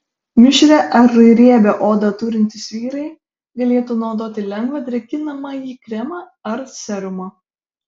mišrią ar riebią odą turintys vyrai galėtų naudoti lengvą drėkinamąjį kremą ar serumą